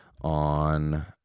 on